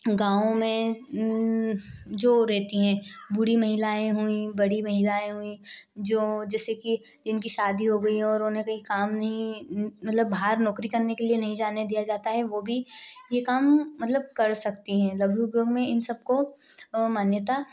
गाँवो में जो रहती है बूढ़ी महिलाएँ हुई बड़ी महिलाएँ हुई जो जैसे की जिनकी शादी हो गई है और उन्हें कही काम नही मतलब बाहर नौकरी करने के लिए नहीं जाने दिया जाता है वह भी यह काम मतलब कर सकती है लघु उद्योग में इन सब को मान्यता